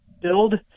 build